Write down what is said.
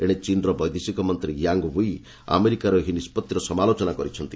ଏଶେ ଚୀନର ବୈଦେଶିକ ମନ୍ତ୍ରୀ ୟାଙ୍ଗ ଓ୍ୱି ଆମେରିକାର ଏହି ନିଷ୍ପଭିର ସମାଲୋଚନା କରିଛନ୍ତି